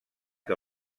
que